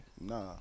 Nah